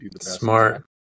smart